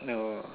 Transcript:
no